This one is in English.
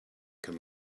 can